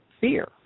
fear